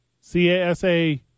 C-A-S-A